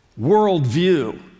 worldview